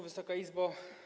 Wysoka Izbo!